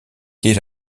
quais